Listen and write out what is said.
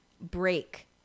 break